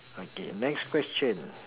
okay next question